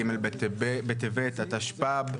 ג' בטבת התשפ"ב.